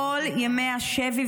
כל ימי השבי,